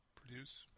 produce